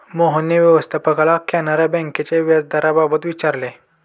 मोहनने व्यवस्थापकाला कॅनरा बँकेच्या व्याजदराबाबत विचारले